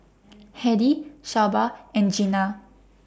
Hedy Shelba and Jeana